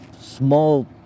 small